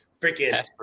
freaking